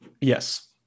yes